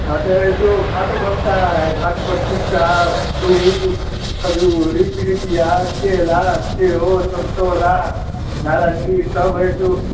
छठ है सो घाट बनता है घाट पर छिट्टा सूप खजूर पिड़िकिया केला सेब संतरा नारंगी सब है सो